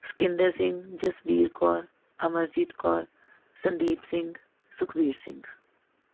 Sikandar Singh Jasbir Kaur Amarjit Kaur Sandeep Singh Sukhvir Singh